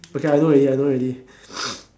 okay I know already I know already